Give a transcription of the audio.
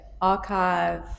archive